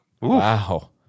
Wow